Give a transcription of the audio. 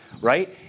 right